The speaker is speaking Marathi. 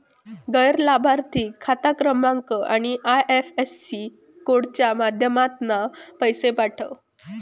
गैर लाभार्थिक खाता क्रमांक आणि आय.एफ.एस.सी कोडच्या माध्यमातना पैशे पाठव